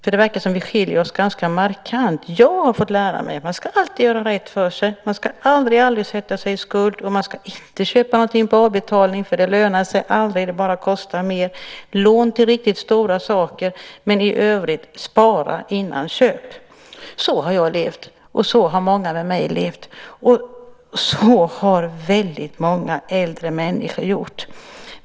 Vi verkar skilja oss ganska markant från varandra. Jag har fått lära mig att man alltid ska göra rätt för sig och aldrig sätta sig i skuld. Man ska heller inte köpa på avbetalning, för det lönar sig aldrig utan kostar bara mer. Lån kan tas till riktigt stora saker, men i övrigt gäller att spara före köp. Så har jag och många med mig levt, och så har väldigt många äldre människor gjort.